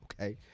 Okay